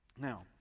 Now